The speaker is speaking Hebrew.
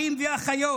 אחים ואחיות,